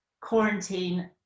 quarantine